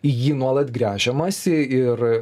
į jį nuolat gręžiamasi ir